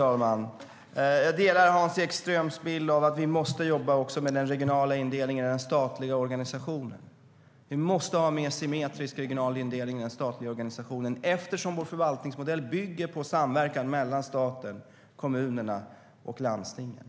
Fru talman! Jag delar Hans Ekströms bild av att vi också måste jobba med den regionala indelningen i den statliga organisationen. Vi måste ha en mer symmetrisk regional indelning i den statliga organisationen, eftersom vår förvaltningsmodell bygger på samverkan mellan staten, kommunerna och landstingen.